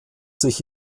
sich